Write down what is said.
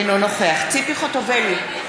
אינו נוכח ציפי חוטובלי,